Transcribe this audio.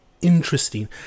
interesting